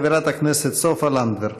חברת הכנסת סופה לנדבר.